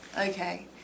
Okay